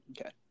Okay